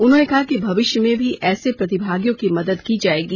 उन्होंने कहा कि भविष्य में भी ऐसे प्रतिभागियों की मदद की जाएगी